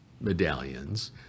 medallions